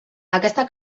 aquesta